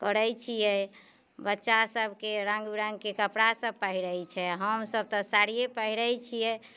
करै छियै बच्चा सबके रंग बिरंग के कपड़ा सब पहिरै छै हमसब तऽ साड़ीये पहिरै छियै